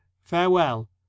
Farewell